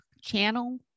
channel